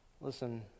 Listen